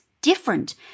different